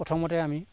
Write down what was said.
প্ৰথমতে আমি